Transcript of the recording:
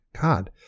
God